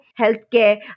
healthcare